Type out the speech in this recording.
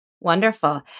Wonderful